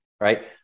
right